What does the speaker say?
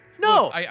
No